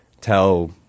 tell